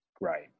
Right